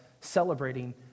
celebrating